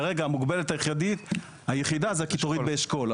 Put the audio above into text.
כרגע המוגבלת היחידה היא הקיטורית באשכול,